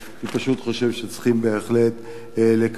אני פשוט חושב שצריכים בהחלט לקבל